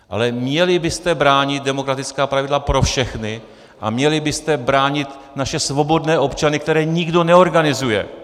Ale měli byste bránit demokratická pravidla pro všechny a měli byste bránit naše svobodné občany, které nikdo neorganizuje.